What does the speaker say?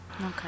Okay